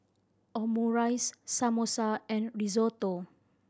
Omurice Samosa and Risotto